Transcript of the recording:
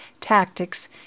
tactics